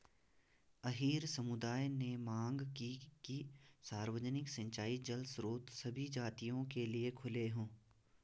अहीर समुदाय ने मांग की कि सार्वजनिक सिंचाई जल स्रोत सभी जातियों के लिए खुले हों